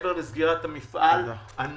מעבר לסגירת המפעל,